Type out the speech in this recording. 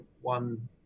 one